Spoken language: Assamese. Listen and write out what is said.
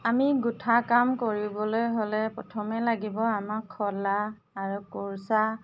আমি গোঁঠা কাম কৰিবলৈ হ'লে প্ৰথমে লাগিব আমাক শলা আৰু কোৰচা